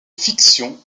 fictions